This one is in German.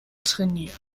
trainieren